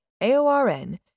AORN